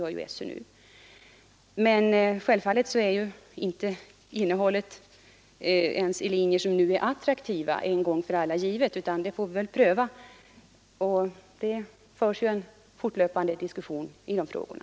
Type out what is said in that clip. Men naturligtvis är inte innehållet en gång för alla givet ens i linjer som nu är attraktiva, utan det får prövas efter hand — och det förs en fortlöpande diskussion i de frågorna.